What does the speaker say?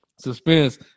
suspense